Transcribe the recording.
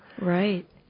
Right